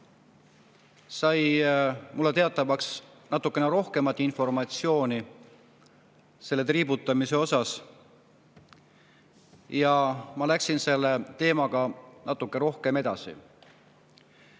sai mulle teatavaks natukene rohkem informatsiooni selle triibutamise kohta ja ma läksin selle teemaga natuke rohkem edasi. Milles